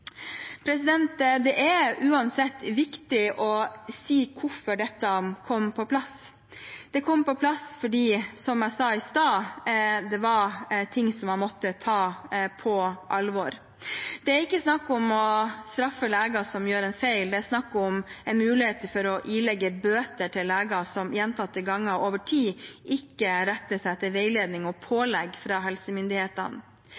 Det er uansett viktig å si hvorfor dette kom på plass. Det kom på plass fordi, som jeg sa i stad, det var ting som man måtte ta på alvor. Det er ikke snakk om å straffe leger som gjør en feil, det er snakk om en mulighet for å bøtelegge leger som gjentatte ganger over tid ikke retter seg etter veiledning og